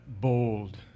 bold